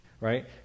right